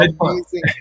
amazing